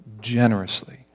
generously